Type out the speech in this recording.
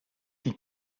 die